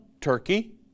Turkey